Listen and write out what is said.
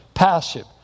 Passive